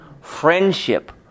Friendship